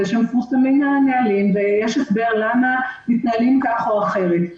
שמפורסמים נהלים ויש הסבר למה מתנהלים כך או אחרת.